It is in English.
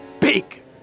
BIG